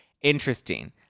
Interesting